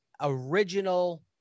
original